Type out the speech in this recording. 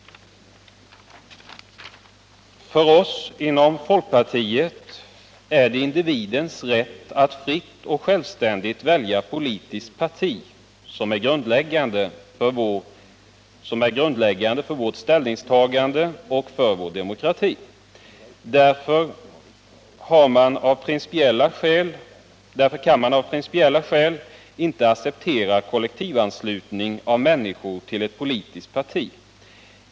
För oss inom folkpartiet är individens rätt att fritt och självständigt välja politiskt parti grundläggande för vårt ställningstagande liksom för vår demokrati. Därför kan vi av principiella skäl inte acceptera en kollektivanslutning av människor till ett politiskt parti.